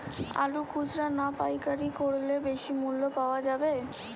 আলু খুচরা না পাইকারি করলে বেশি মূল্য পাওয়া যাবে?